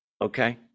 okay